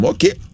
Okay